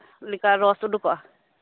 ᱞᱮᱠᱟ ᱨᱚᱥ ᱩᱰᱩᱠᱚᱜᱼᱟ